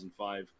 2005